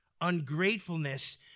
Ungratefulness